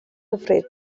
hyfryd